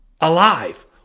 alive